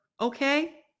okay